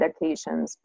medications